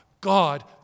God